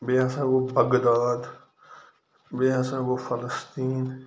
بیٚیہِ ہسا گوٚو بَغداد بیٚیہِ ہسا گوٚو فلسطیٖن